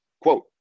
Quote